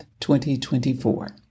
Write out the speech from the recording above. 2024